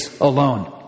alone